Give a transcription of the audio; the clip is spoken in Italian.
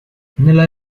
nella